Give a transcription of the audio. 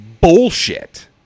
bullshit